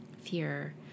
fear